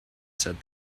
said